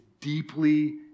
deeply